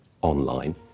online